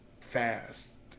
fast